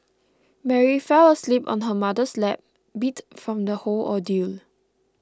Mary fell asleep on her mother's lap beat from the whole ordeal